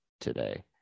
today